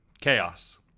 chaos